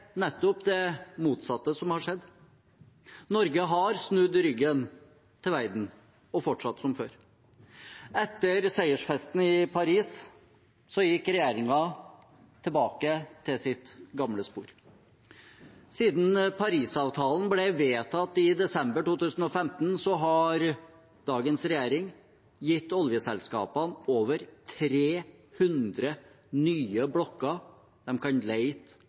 nettopp det motsatte som har skjedd: Norge har snudd ryggen til verden og fortsatt som før. Etter seiersfesten i Paris gikk regjeringen tilbake til sitt gamle spor. Siden Parisavtalen ble vedtatt i desember 2015, har dagens regjering gitt oljeselskapene over 300 nye blokker hvor de kan